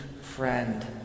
friend